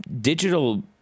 digital